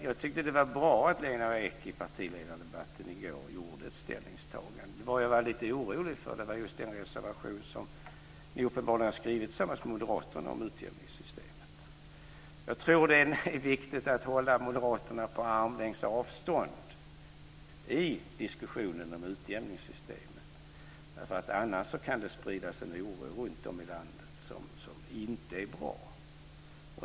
Jag tyckte att det var bra att Lena Ek i partiledardebatten i går gjorde ett ställningstagande. Vad jag var lite orolig för var den reservation om utjämningssystemet som ni uppenbarligen har skrivit tillsammans med moderaterna. Jag tror att det är viktigt att hålla moderaterna på armlängds avstånd i diskussionen om utjämningssystemet. Annars kan det spridas en oro runtom i landet som inte är bra.